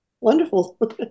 wonderful